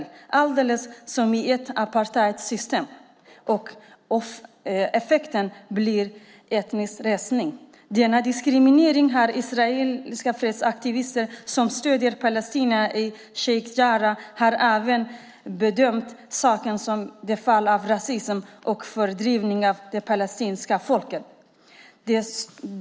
Det är precis som i ett apartheidsystem, och effekten blir etnisk rensning. Denna diskriminering har israeliska fredsaktivister som stöder palestinierna i Sheikh Jarrah bedömt som ett fall av rasism och fördrivning av det palestinska folket.